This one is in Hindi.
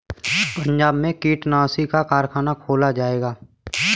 पंजाब में कीटनाशी का कारख़ाना खोला जाएगा